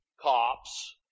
cops